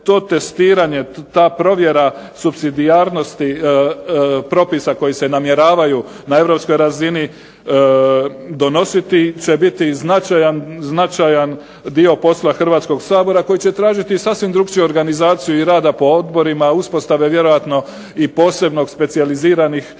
to testiranje, ta provjera supsidijarnosti propisa koji se namjeravaju na europskoj razini donositi će biti značajan dio posla Hrvatskog sabora koji će tražiti sasvim drukčiju organizaciju i rada po odborima, uspostave vjerojatno i posebno specijaliziranih